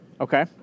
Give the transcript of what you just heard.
Okay